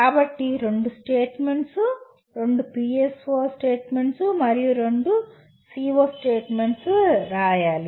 కాబట్టి రెండు స్టేట్మెంట్స్ రెండు PSO స్టేట్మెంట్స్ మరియు రెండు CO స్టేట్మెంట్స్ రాయాలి